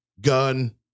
gun